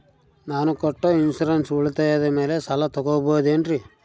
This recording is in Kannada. ನಾನು ಕಟ್ಟೊ ಇನ್ಸೂರೆನ್ಸ್ ಉಳಿತಾಯದ ಮೇಲೆ ಸಾಲ ತಗೋಬಹುದೇನ್ರಿ?